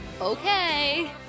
Okay